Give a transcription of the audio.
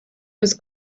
was